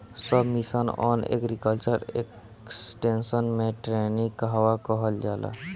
सब mission on agriculture extension मै टेरेनीं कहवा कहा होला?